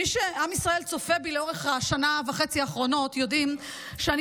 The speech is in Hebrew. מי מעם ישראל שצופים בי לאורך השנה וחצי האחרונות יודעים שאני